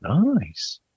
nice